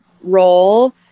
role